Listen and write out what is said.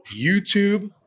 YouTube